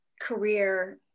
career